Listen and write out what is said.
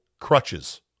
crutches